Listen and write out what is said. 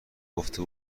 گفته